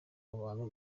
abantu